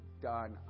done